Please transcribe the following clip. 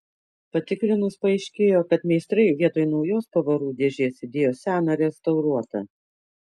patikrinus paaiškėjo kad meistrai vietoj naujos pavarų dėžės įdėjo seną restauruotą